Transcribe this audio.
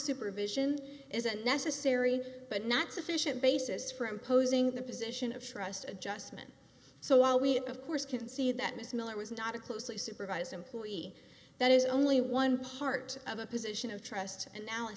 supervision is a necessary but not sufficient basis for imposing the position of trust adjustment so while we of course can see that ms miller was not a closely supervised employee that is only one part of a position of trust and now